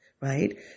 right